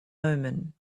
omen